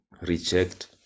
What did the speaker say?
reject